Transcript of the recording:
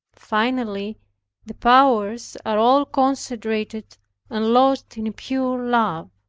finally the powers are all concentrated and lost in pure love.